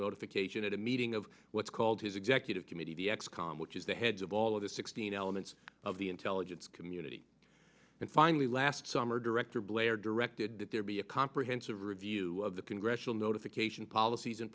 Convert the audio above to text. notification at a meeting of what's called his executive committee the x com which is the heads of all of the sixteen elements of the intelligence community and finally last summer director blair directed that there be a comprehensive review of the congressional notification policies and